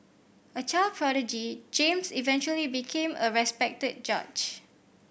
a child prodigy James eventually became a respected judge